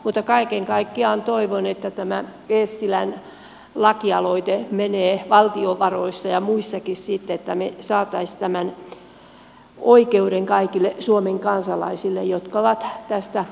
mutta kaiken kaikkiaan toivon että tämä eestilän lakialoite menee valtiovaroissa ja muissakin sitten että me saisimme tämän oikeuden kaikille suomen kansalaisille jotka ovat tästä autoverotuksesta saaneet kärsiä